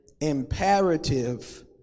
imperative